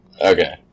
Okay